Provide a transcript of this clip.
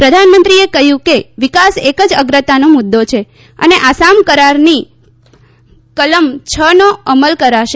પ્રધાનમંત્રીએ કહ્યુંકે વિકાસ એક જ અગ્રતાનો મુદ્દો છે અને આસામ કરારની કલમ છનો અમલ કરાશે